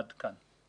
עד כאן.